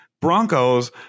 Broncos